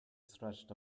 stretched